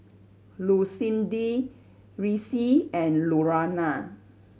Lucindy Reece and Lurana